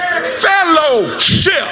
fellowship